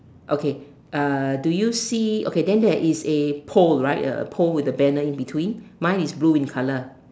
okay uh do you see okay then there is a pole right a pole with a banner in between mine is blue in color